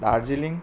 Darjeeling